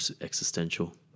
existential